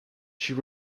she